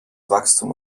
wachstum